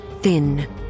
thin